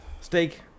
Steak